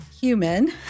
human